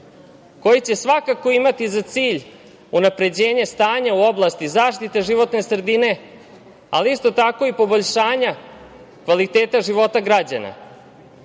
koji će svakako imati za cilj unapređenje stanja u oblasti zaštite životne sredine, ali isto tako i poboljšanja kvaliteta života građana.S